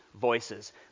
voices